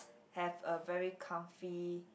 have a very comfy